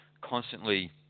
constantly